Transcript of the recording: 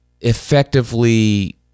effectively